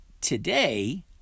today